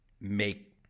make